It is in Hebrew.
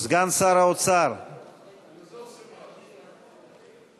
תספרי את כמות השמיות שיש לנו.